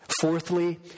Fourthly